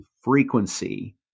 frequency